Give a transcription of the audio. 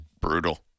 brutal